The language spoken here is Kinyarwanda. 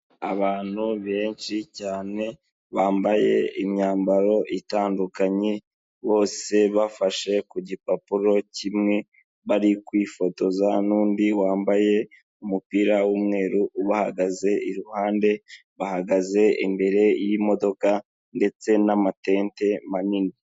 Abantu benshi cyane bambaye imyambaro itandukanye bose bafashe ku gipapuro kimwe bari kwifotoza n'undi wambaye umupira w'Umweru bahagaze iruhande bahagaze imbere yimodoka ndetse n'amatente manini.